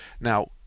Now